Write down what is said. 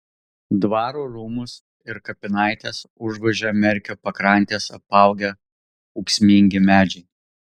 dvaro rūmus ir kapinaites užgožia merkio pakrantes apaugę ūksmingi medžiai